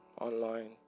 online